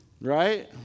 Right